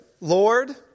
Lord